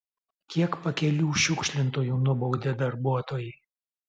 kiek pakelių šiukšlintojų nubaudė darbuotojai